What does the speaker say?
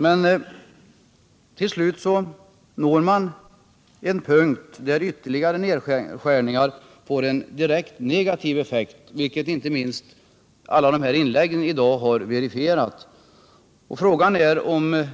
Men till slut når man en punkt där ytterligare nedskärningar får en direkt negativ effekt — vilket inte minst alla inlägg i dag har verifierat. Frågan är om